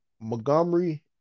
Montgomery